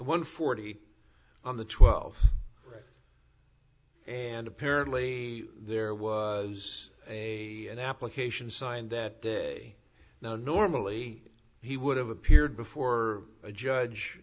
one forty on the twelfth and apparently there was a an application signed that day now normally he would have appeared before a judge